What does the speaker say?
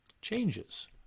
changes